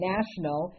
National